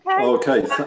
Okay